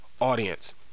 audience